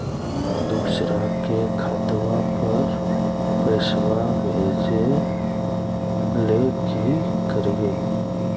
दोसर के खतवा पर पैसवा भेजे ले कि करिए?